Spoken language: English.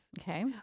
Okay